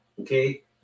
Okay